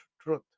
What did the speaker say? truth